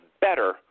better